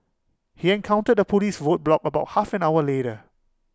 he encountered A Police roadblock about half an hour later